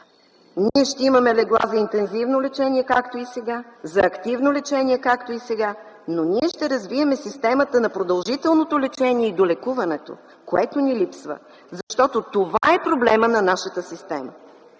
Ние ще имаме легла за интензивно лечение, както и сега, за активно лечение, както и сега, но ние ще развием системата на продължителното лечение и долекуването, което ни липсва. Защото това е проблемът на нашата система.